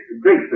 great